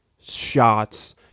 shots